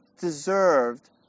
deserved